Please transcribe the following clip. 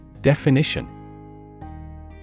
Definition